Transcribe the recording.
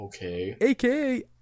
aka